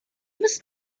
must